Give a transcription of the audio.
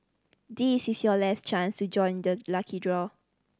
this is your last chance to join the lucky draw